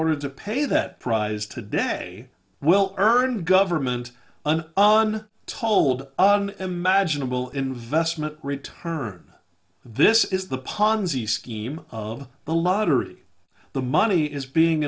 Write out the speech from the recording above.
order to pay that prize today will earn government an on told us on imaginable investment return this is the ponzi scheme of the lottery the money is being